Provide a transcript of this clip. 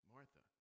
Martha